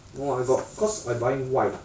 no ah I got cause I buying white